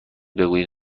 بگویید